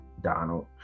Donald